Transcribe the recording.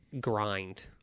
grind